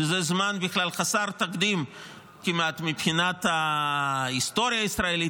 שזה זמן בכלל חסר תקדים כמעט מבחינת ההיסטוריה הישראלית,